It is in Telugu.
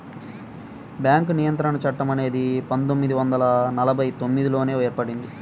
బ్యేంకు నియంత్రణ చట్టం అనేది పందొమ్మిది వందల నలభై తొమ్మిదిలోనే ఏర్పడింది